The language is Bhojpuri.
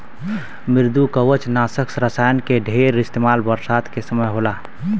मृदुकवचनाशक रसायन के ढेर इस्तेमाल बरसात के समय होला